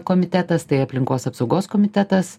komitetas tai aplinkos apsaugos komitetas